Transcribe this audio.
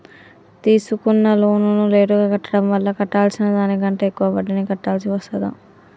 తీసుకున్న లోనును లేటుగా కట్టడం వల్ల కట్టాల్సిన దానికంటే ఎక్కువ వడ్డీని కట్టాల్సి వస్తదా?